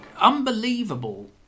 Unbelievable